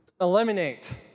eliminate